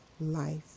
life